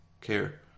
care